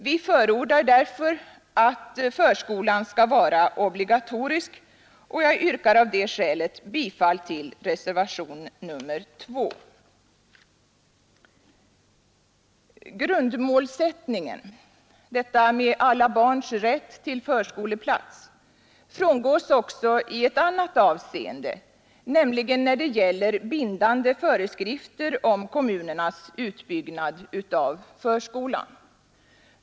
Vi förordar därför att förskolan skall vara obligatorisk, och jag yrkar av det skälet bifall till reservationen 2. Grundmålsättningen — alla barns rätt till förskoleplats — frångås också i ett annat avseende, nämligen när det gäller bindande föreskrifter om kommunernas utbyggnad av förskolan.